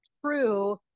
true